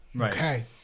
Okay